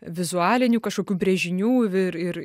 vizualinių kažkokių brėžinių ir ir